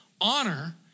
honor